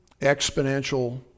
exponential